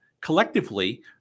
collectively